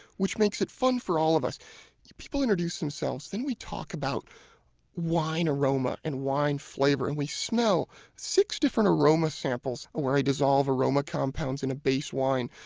which makes it fun for all of us people introduce themselves, then we talk about wine aroma and wine flavor. and we smell six different aroma samples where i dissolve aroma compounds in a base wine.